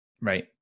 right